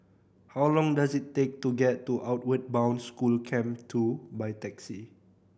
how long does it take to get to Outward Bound School Camp Two by taxi